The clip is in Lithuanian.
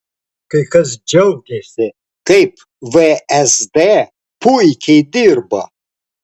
kai kas džiaugėsi kaip vsd puikiai dirba